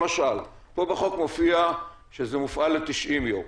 למשל, פה בחוק מופיע שזה מופעל ל-90 יום,